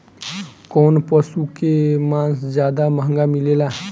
कौन पशु के मांस ज्यादा महंगा मिलेला?